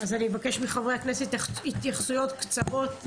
אז אני אבקש מחברי הכנסת התייחסויות קצרות.